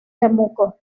temuco